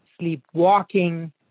sleepwalking